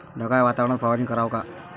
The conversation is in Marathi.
ढगाळ वातावरनात फवारनी कराव का?